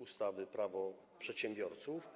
ustawy Prawo przedsiębiorców.